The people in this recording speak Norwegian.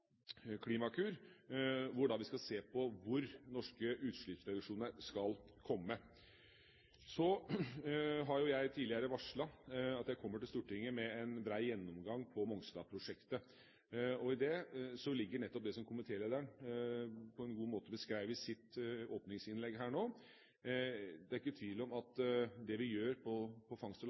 Klimakur. Der skal vi se på hvor norske utslippsreduksjoner skal komme. Så har jeg tidligere varslet at jeg kommer til Stortinget med en brei gjennomgang av Mongstad-prosjektet. I det ligger nettopp det som komitélederen på en god måte beskrev i sitt åpningsinnlegg her nå. Det er ikke tvil om at det vi gjør på fangst